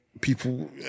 people